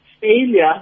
failure